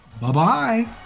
Bye-bye